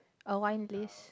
a wine list